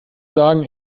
sagen